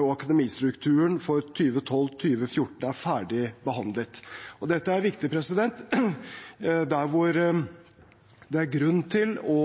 og Akademiet-strukturen for 2012–2014 er ferdigbehandlet. Dette er viktig. Der det er grunn til å